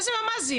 איזה ממ"זים?